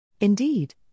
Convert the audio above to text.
Indeed